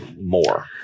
more